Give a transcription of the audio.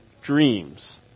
dreams